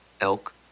elk